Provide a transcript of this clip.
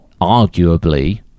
arguably